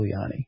Giuliani